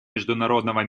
международного